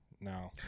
No